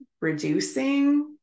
reducing